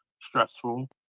stressful